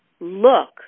Look